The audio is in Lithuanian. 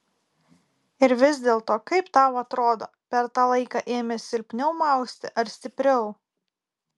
ir vis dėlto kaip tau atrodo per tą laiką ėmė silpniau mausti ar stipriau